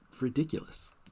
Ridiculous